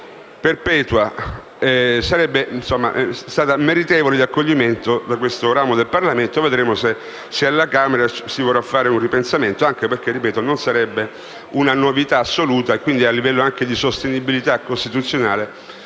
perpetua sarebbe meritevole di accoglimento da parte di questo ramo del Parlamento. Vedremo se alla Camera si vorrà avere un ripensamento perché, lo ripeto, non sarebbe una novità assoluta e quindi a livello di sostenibilità costituzionale